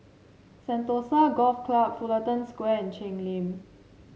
Sentosa Golf Club Fullerton Square and Cheng Lim